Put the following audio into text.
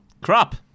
Crap